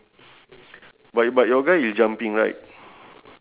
because the the guy on the sheep area